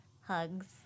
hugs